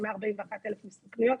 כ-141,000 משרות פנויות.